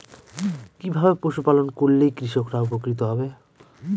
কিভাবে পশু পালন করলেই কৃষকরা উপকৃত হবে?